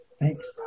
Thanks